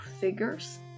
figures